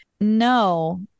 no